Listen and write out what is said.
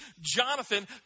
Jonathan